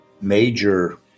major